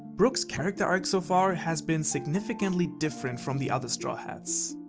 brook's character arc so far has been significantly different from the other straw hats.